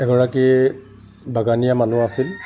এগৰাকী বাগানীয়া মানুহ আছিল